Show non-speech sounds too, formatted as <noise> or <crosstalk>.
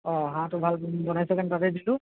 অঁ হাঁহটো ভাল বনাইছে <unintelligible> তাতে দিলোঁ